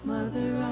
Mother